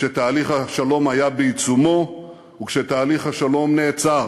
כשתהליך השלום היה בעיצומו וכשתהליך השלום נעצר.